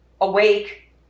awake